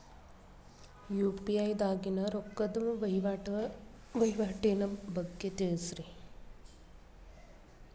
UPI ದಾಗಿನ ರೊಕ್ಕದ ವಹಿವಾಟಿನ ಬಗ್ಗೆ ತಿಳಸ್ರಿ